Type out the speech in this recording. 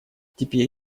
теперь